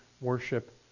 worship